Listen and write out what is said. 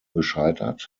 gescheitert